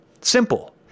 Simple